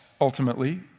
ultimately